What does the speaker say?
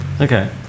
okay